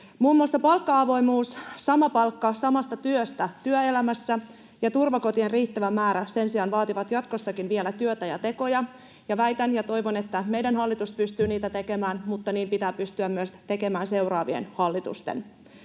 Muun muassa palkka-avoimuus, sama palkka samasta työstä työelämässä ja turvakotien riittävä määrä sen sijaan vaativat jatkossakin vielä työtä ja tekoja, ja väitän ja toivon, että meidän hallitus pystyy niitä tekemään, mutta niin pitää pystyä tekemään myös seuraavien hallitusten.